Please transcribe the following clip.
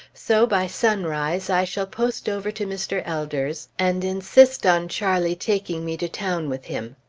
so by sunrise, i shall post over to mr. elder's, and insist on charlie taking me to town with him.